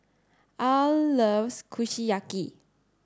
Al loves Kushiyaki